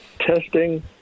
testing